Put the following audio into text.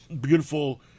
beautiful